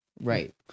Right